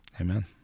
Amen